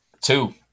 Two